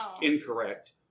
incorrect